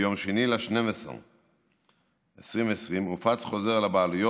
ביום 2 בדצמבר 2020 הופץ חוזר לבעלויות